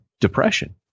depression